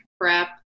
prep